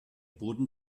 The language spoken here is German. boden